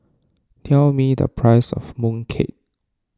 tell me the price of Mooncake